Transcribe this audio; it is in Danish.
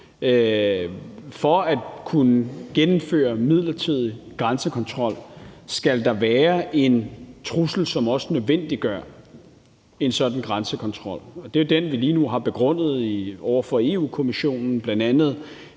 For at kunne gennemføre midlertidig grænsekontrol skal der være en trussel, som også nødvendiggør en sådan grænsekontrol, og det er den, vi lige nu har begrundet over for Europa-Kommissionen, bl.a.